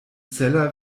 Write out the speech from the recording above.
zeller